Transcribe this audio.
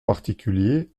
particulier